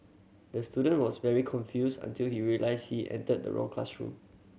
the student was very confused until he realised he entered the wrong classroom